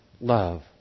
love